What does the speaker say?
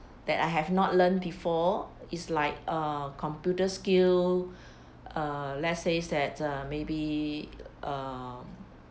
that I have not learnt before is like err computer skill err let's says that uh maybe err